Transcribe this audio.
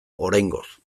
oraingoz